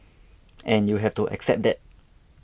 and you have to accept that